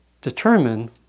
determine